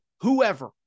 whoever